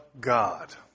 God